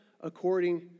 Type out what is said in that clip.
according